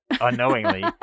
unknowingly